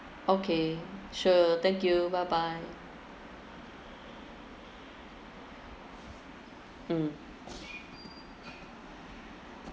okay sure thank you bye bye mm